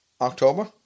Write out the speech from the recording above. october